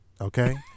Okay